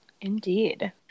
Indeed